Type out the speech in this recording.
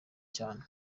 cyane